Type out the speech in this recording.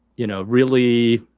you know, really,